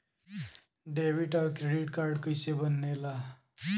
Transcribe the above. Debit और credit card कईसे बने ने ला?